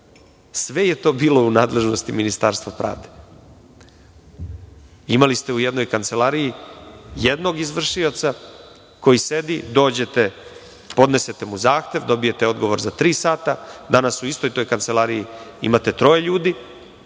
sve je to bilo u nadležnosti Ministarstva pravde. Imali ste u jednoj kancelariji jednog izvršioca koji sedi, dođete podnese te mu zahtev dobijete odgovor za tri sata. Danas u istoj toj kancelariji imate troje ljudi